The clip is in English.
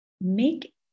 make